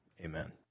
Amen